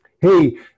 hey